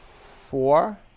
Four